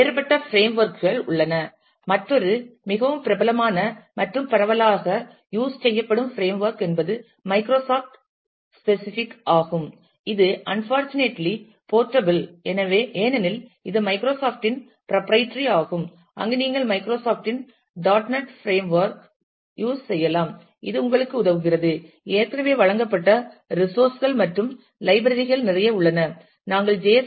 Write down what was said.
வேறுபட்ட பிரேம்ஒர்க் கள் உள்ளன மற்றொரு மிகவும் பிரபலமான மற்றும் பரவலாக யூஸ் செய்யப்படும் பிரேம்ஒர்க் என்பது மைக்ரோசாஃப்ட் ஸ்பெசிஃபிக் ஆகும் இது அன்பார்சுநேற்றிலி போர்ட்டபிள் ஏனெனில் இது மைக்ரோசாப்டின் பிராப்பிரைட்டறி ஆகும் அங்கு நீங்கள் மைக்ரோசாப்டின் dot net framework Microsoft dot net frameworkஐ யூஸ் செய்யலாம் இது உங்களுக்கு உதவுகிறது ஏற்கனவே வழங்கப்பட்ட ரிஷோஸ் கள் மற்றும் லைப்ரரி கள் நிறைய உள்ளன நாங்கள் ஜே